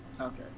Okay